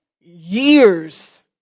years